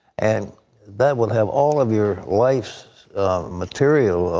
and that will have all of your life's material,